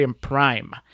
Prime